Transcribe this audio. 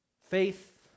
Faith